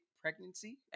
pregnancy